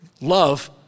love